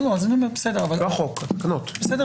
לא חוק.